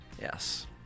Yes